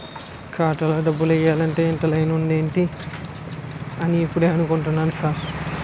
ఖాతాలో డబ్బులు ఎయ్యాలంటే ఇంత లైను ఉందేటి అని ఇప్పుడే అనుకుంటున్నా సారు